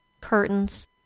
curtains